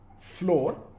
floor